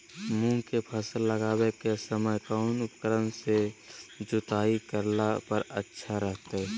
मूंग के फसल लगावे के समय कौन उपकरण से जुताई करला पर अच्छा रहतय?